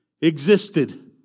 existed